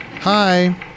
Hi